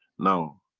now,